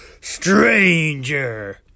Stranger